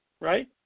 right